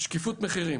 שקיפות מחירים